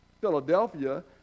Philadelphia